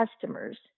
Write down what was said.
customers